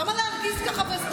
למה להרגיז ככה?